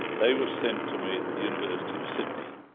they were sent to me at the university of sydney.